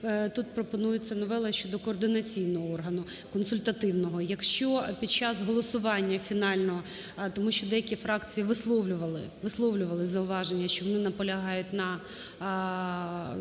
тут пропонується новела щодо координаційного органу, консультативного. Якщо під час голосування фінального. Тому що деякі фракції висловлювали, висловлювали зауваження, що вони наполягають на